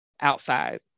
outside